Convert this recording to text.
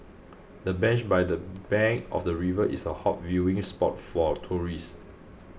the bench by the bank of the river is a hot viewing spot for tourists